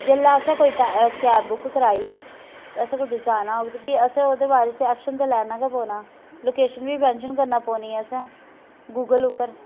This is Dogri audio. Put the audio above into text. जेल्लै असें कोई कै कैब बुक कराई ते असें कुदै जाना होग फ्ही असें ओह्दे बारै च ऐक्शन ते लैना गै पौना लोकेशन बी मैंशन करनी पौनी असें गूगल उप्पर